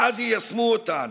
ואז יישמו אותן,